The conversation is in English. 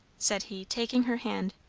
said he, taking her hand.